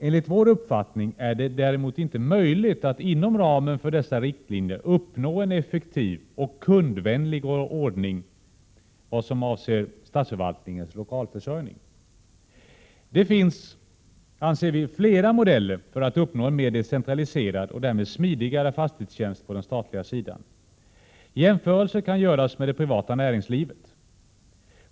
Enligt vår uppfattning däremot är det inte möjligt att inom ramen för dessa riktlinjer uppnå en effektiv och ”kundvänlig” ordning vad avser statsförvalt ningens lokalförsörjning. Det finns, anser vi, flera modeller för att uppnå en mer decentraliserad och därmed ”smidigare” fastighetstjänst på den statliga sidan. Jämförelser kan göras med det privata näringslivet.